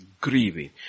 grieving